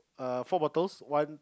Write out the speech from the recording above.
err four bottles one